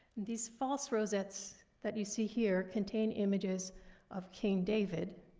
these false rosettes that you see here contain images of king david,